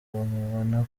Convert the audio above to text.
wamubona